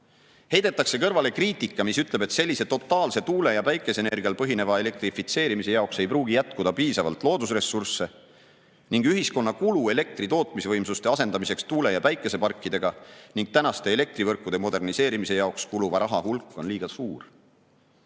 Heidetakse kõrvale kriitika, mis ütleb, et sellise totaalse tuule‑ ja päikeseenergial põhineva elektrifitseerimise jaoks ei pruugi jätkuda piisavalt loodusressursse ning ühiskonna kulu elektritootmisvõimsuste asendamiseks tuule‑ ja päikeseparkidega, samuti praeguste elektrivõrkude moderniseerimise jaoks kuluva raha hulk on liiga suur.